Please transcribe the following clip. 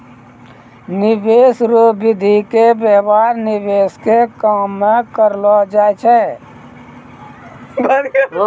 निवेश रो विधि के व्यवहार निवेश के काम मे करलौ जाय छै